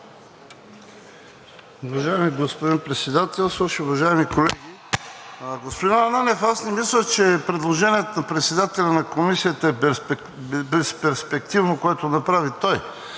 Уважаеми господин Председателстващ, уважаеми колеги! Господин Ананиев, аз не мисля, че предложението от председателя на Комисията е безперспективно, което направи той.